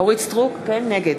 נגד